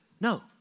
no